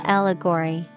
Allegory